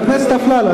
חבר הכנסת אפללו,